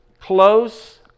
close